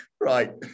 right